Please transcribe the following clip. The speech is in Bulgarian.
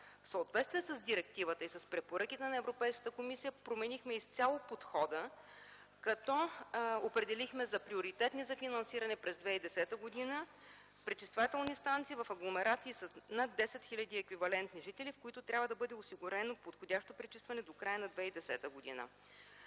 В съответствие с директивата и с препоръките на Европейската комисия променихме изцяло подхода, като определихме за приоритетни за финансиране през 2010 г. пречиствателни станции в агломерации с над 10 хил. еквивалент жители, на които трябва да бъде осигурено подходящо пречистване до края на 2010 г.